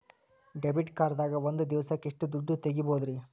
Debit card ದಾಗ ಒಂದ್ ದಿವಸಕ್ಕ ಎಷ್ಟು ದುಡ್ಡ ತೆಗಿಬಹುದ್ರಿ?